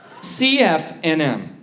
CFNM